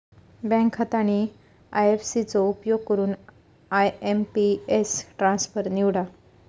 bank खाता आणि IFSC चो उपयोग करून आय.एम.पी.एस ट्रान्सफर निवडा